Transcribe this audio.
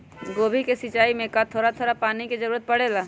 गोभी के सिचाई में का थोड़ा थोड़ा पानी के जरूरत परे ला?